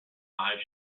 five